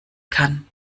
kann